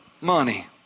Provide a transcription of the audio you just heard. money